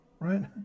Right